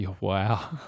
Wow